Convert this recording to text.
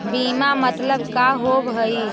बीमा मतलब का होव हइ?